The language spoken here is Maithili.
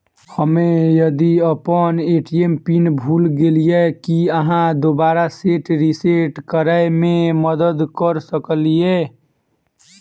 हम्मे यदि अप्पन ए.टी.एम पिन भूल गेलियै, की अहाँ दोबारा सेट रिसेट करैमे मदद करऽ सकलिये?